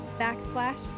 backsplash